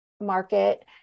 market